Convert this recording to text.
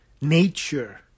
Nature